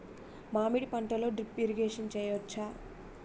మామిడి పంటలో drip irrigation చేయచ్చా?